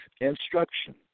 instruction